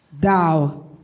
Thou